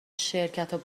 شرکتا